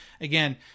Again